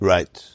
Right